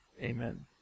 Amen